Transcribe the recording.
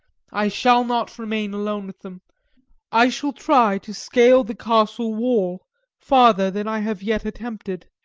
i shall not remain alone with them i shall try to scale the castle wall farther than i have yet attempted.